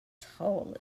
toilet